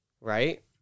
Right